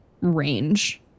range